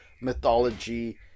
mythology